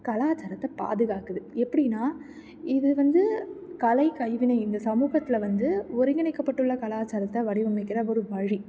கலாச்சாரத்தை பாதுகாக்குது எப்படின்னா இது வந்து கலை கைவினை இந்த சமூகத்தில் வந்து ஒருங்கிணைக்கப்பட்டுள்ள கலாச்சாரத்தை வடிவமைக்கிற ஒரு வழி